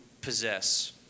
possess